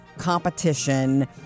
competition